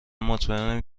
مطمئنم